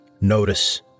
Notice